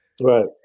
Right